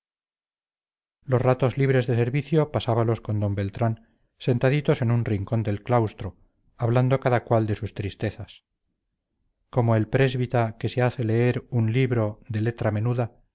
los ratos libres de servicio pasábalos con d beltrán sentaditos en un rincón del claustro hablando cada cual de sus tristezas como el présbita que se hace leer un libro de letra menuda